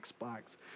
Xbox